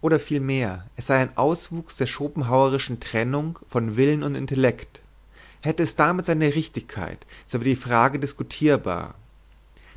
oder vielmehr es sei ein auswuchs der schopenhauerischen trennung von willen und intellekt hätte es damit seine richtigkeit so wäre die frage diskutierbar